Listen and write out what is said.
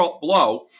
blow